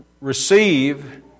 receive